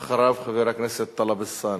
אחריו, חבר הכנסת טלב אלסאנע.